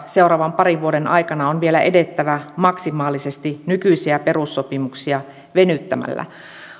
seuraavan parin vuoden aikana on vielä edettävä maksimaalisesti nykyisiä perussopimuksia venyttämällä